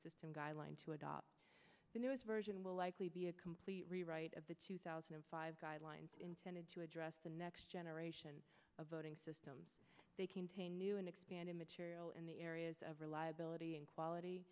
system guideline to adopt the newest version will likely be a complete rewrite of the two thousand and five guidelines intended to address the next generation of voting system they contain new and expanded material in the areas of reliability and quality